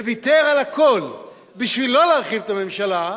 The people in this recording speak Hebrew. וויתר על הכול בשביל לא להרחיב את הממשלה,